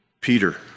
Peter